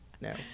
No